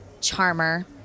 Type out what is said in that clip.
Charmer